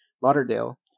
Lauderdale